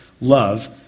love